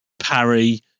parry